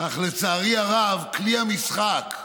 אך לצערי הרב, כלי המשחק,